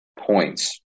points